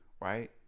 right